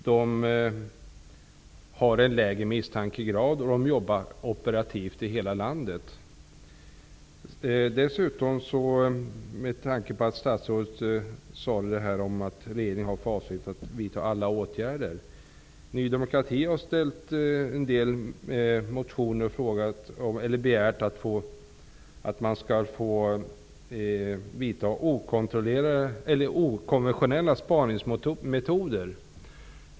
Misstankegraden är lägre, och man jobbar operativt i hela landet. Med tanke på det som statsrådet sade om att regeringen har för avsikt att vidta alla åtgärder som erfordras, har Ny demokrati väckt ett antal motioner i vilka vi har begärt att det skall bli tillåtet att använda okonventionella spaningsmetoder.